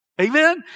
Amen